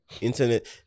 Internet